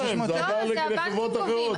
אין להם, זה עבר לחברות אחרות.